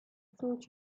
thought